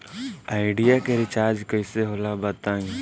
Idea के recharge कइसे होला बताई?